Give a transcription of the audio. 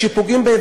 כשפוגעים בהם,